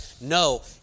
no